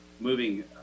moving